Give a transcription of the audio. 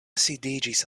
sidiĝis